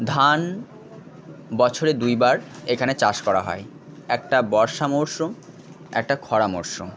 ধান বছরে দুই বার এখানে চাষ করা হয় একটা বর্ষা মরশুম একটা খরা মরশুম